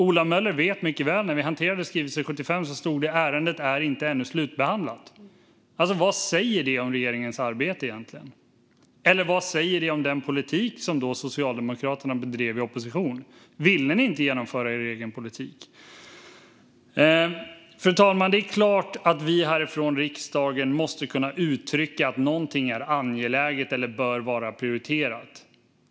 Ola Möller vet mycket väl att när vi hanterade skrivelse 75 stod det att ärendet ännu inte var slutbehandlat. Vad säger det egentligen om regeringens arbete? Eller vad säger det om den politik som Socialdemokraterna bedrev i opposition? Ville ni inte genomföra er egen politik? Fru talman! Det är klart att vi härifrån riksdagen måste kunna uttrycka att någonting är angeläget eller bör vara prioriterat.